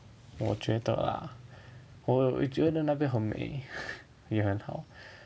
我觉得 lah 我觉得那边很美也很好